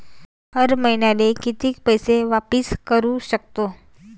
हर मईन्याले कितीक कर्ज वापिस करू सकतो?